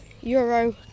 euro